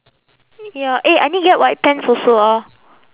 ya eh I need get white pants also ah